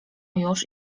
już